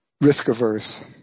risk-averse